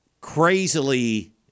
crazily